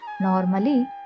normally